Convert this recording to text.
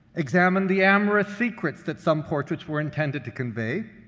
examined the amorous secrets that some portraits were intended to convey,